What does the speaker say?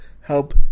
help